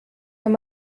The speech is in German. wenn